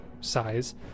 size